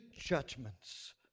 judgments